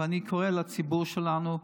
ואני קורא לציבור שלנו,